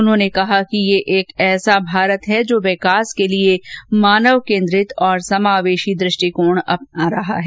उन्होंने कहा कि यह एक ऐसा भारत है जो विकास के लिए मानव केन्द्रित और समावेशी दृष्टिकोण अपना रहा है